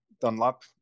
dunlop